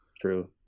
True